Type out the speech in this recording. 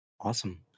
awesome